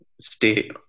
stay